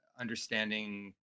understanding